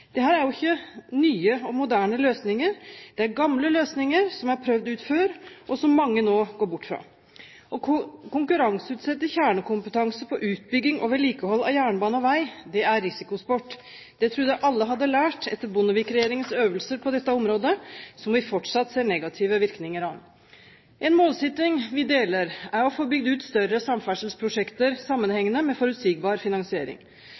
er jo ikke nye og moderne løsninger. Det er gamle løsninger, som er prøvd ut før, og som mange nå går bort fra. Å konkurranseutsette kjernekompetanse på utbygging og vedlikehold av jernbane og vei er risikosport. Det trodde jeg alle hadde lært etter Bondevik-regjeringens øvelser på dette området, som vi fortsatt ser negative virkninger av. En målsetting vi deler, er å få bygd ut større samferdselsprosjekter sammenhengende, med forutsigbar finansiering.